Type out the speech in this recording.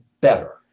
better